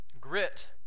Grit